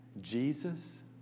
Jesus